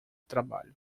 trabalho